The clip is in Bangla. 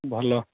ভালো